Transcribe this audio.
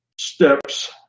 steps